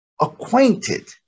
acquainted